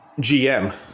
GM